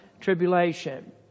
tribulation